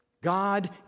God